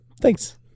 Thanks